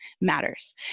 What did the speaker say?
matters